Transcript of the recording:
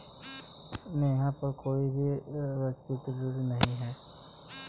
नेहा पर कोई भी व्यक्तिक ऋण नहीं है